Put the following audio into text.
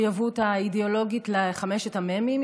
המחויבות האידיאולוגית לחמשת המ"מים,